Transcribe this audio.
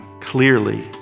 clearly